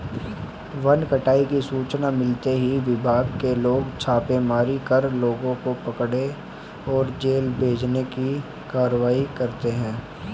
one कटाई की सूचना मिलते ही विभाग के लोग छापेमारी कर लोगों को पकड़े और जेल भेजने की कारवाई करते है